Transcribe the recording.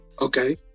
okay